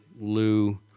lou